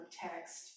text